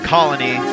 Colony